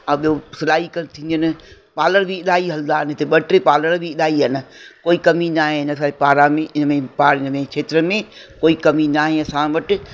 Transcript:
अॻियो सिलाई क थींदियूं आहिनि पार्लर बि इलाही हलंदा आहिनि हिते ॿ टे पार्लर बि इलाही आहिनि कोई कमी न आहे हिन साइड पाड़ा में इन में पाड़नि में खेत्र में कोई कमी न आहे असां वटि